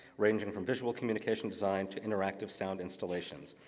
ranging from visual communication design to interactive sound installations.